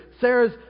Sarah's